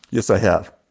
yes, i have.